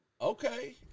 Okay